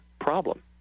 problem